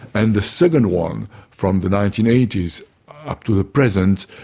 and the second one from the nineteen eighty s up to the present,